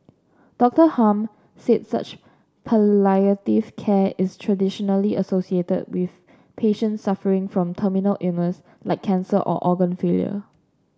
Doctor Hum said such palliative care is traditionally associated with patients suffering from terminal illness like cancer or organ failure